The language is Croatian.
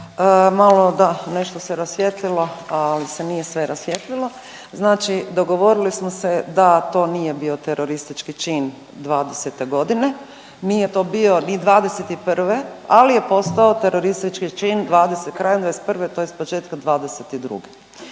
malo da nešto se rasvijetlilo, ali se nije sve rasvijetlilo. Znači dogovorili smo se da to nije bio teroristički čin '20. godine, nije to bio ni '21., ali je postao teroristički čin krajem '21. tj. početkom '22. Druga